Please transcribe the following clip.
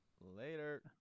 Later